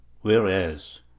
whereas